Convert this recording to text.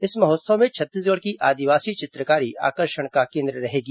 इस महोत्सव में छत्तीसगढ़ की आदिवासी चित्रकारी आकर्षण का केन्द्र रहेगी